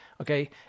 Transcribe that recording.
Okay